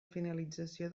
finalització